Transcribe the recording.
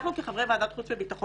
אנחנו כחברי ועדת חוץ וביטחון